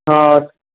ହଁ